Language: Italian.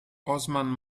osman